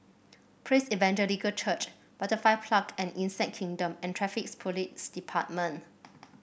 Praise Evangelical Church Butterfly Park and Insect Kingdom and Traffic Police Department